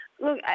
Look